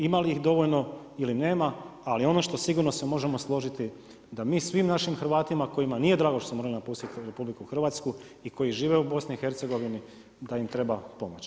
Ima li ih dovoljno ili nema, ali ono što sigurno se možemo složiti, da mi svim naših Hrvatima kojima nije drago što moraju napustiti RH i koji žive u BIH, da im treba pomoć.